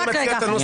חבר הכנסת סעדה,